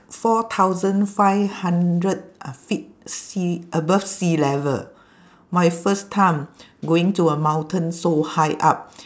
four thousand five hundred uh feet sea above sea level my first time going to a mountain so high up